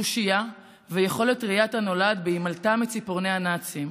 תושייה ויכולת ראיית הנולד בהימלטה מציפורני הנאצים.